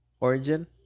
origin